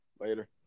Later